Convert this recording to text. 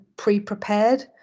pre-prepared